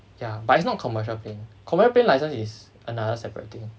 ya but is not commercial plane commerical plane license is another separate thing